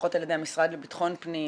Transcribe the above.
לפחות על ידי המשרד לביטחון פנים